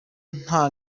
nta